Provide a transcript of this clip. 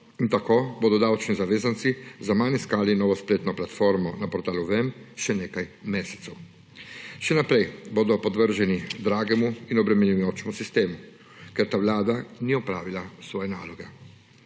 In tako bodo davčni zavezanci zaman iskali novo spletno platformo na portalu e-Vem še nekaj mesecev. Še naprej bodo podvrženi dragemu in obremenjujočemu sistemu, ker ta vlada ni opravila svoje naloge.